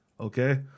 Okay